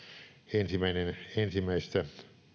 ensimmäinen ensimmäistä